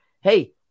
Hey